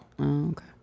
okay